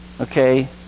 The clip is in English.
Okay